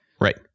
Right